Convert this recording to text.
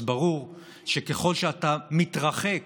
אז ברור שככל שאתה מתרחק